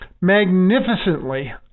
magnificently